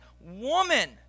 woman